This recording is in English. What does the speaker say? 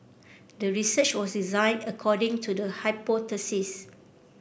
the research was designed according to the hypothesis